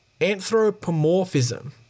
Anthropomorphism